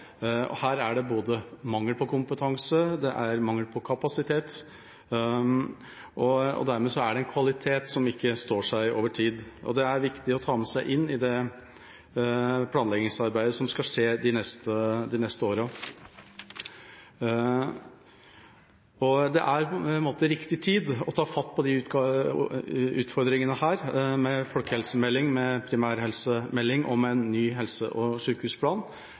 det en kvalitet som ikke står seg over tid. Det er det viktig å ta med seg inn i det planleggingsarbeidet som skal skje de neste årene. Dette er riktig tid å ta fatt på disse utfordringene med folkehelsemelding, med primærhelsemelding og med en ny helse- og sykehusplan,